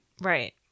Right